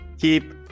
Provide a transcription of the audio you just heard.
keep